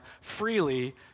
freely